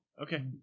Okay